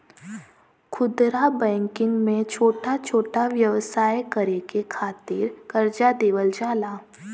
खुदरा बैंकिंग में छोटा छोटा व्यवसाय करे के खातिर करजा देवल जाला